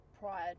prior